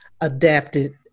adapted